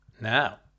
now